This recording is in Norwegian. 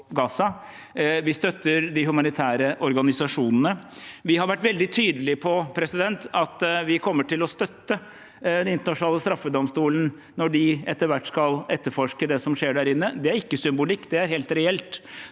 Vi støtter de humanitære organisasjonene. Vi har vært veldig tydelige på at vi kommer til å støtte Den internasjonale straffedomstolen når de etter hvert skal etterforske det som skjer der inne. Det er ikke symbolikk. Det er helt reelt.